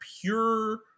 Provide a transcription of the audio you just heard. pure